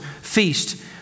feast